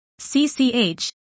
CCH